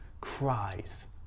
cries